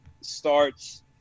starts